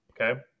okay